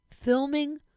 filming